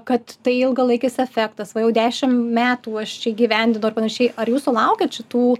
kad tai ilgalaikis efektas va jau dešim metų aš čia įgyvendinu ar panašiai ar jūs sulaukiat šitų